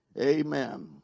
Amen